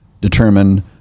determine